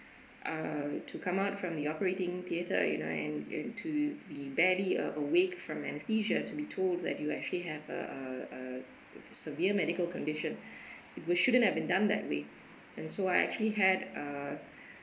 uh to come out from the operating theatre you know and and to be barely awake from anaesthesia to be told that you actually have a a severe medical condition which shouldn't have been done that way and so I actually had uh